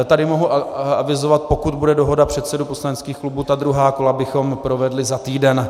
Tady mohu avizovat, pokud bude dohoda předsedů poslaneckých klubů, ta druhá kola bychom provedli za týden.